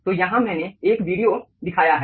तो यहाँ मैंने 1 वीडियो दिखाया है